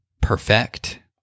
Perfect